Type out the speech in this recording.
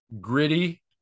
gritty